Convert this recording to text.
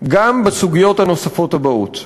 גם בסוגיות הנוספות הבאות: